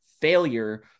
failure